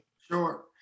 Sure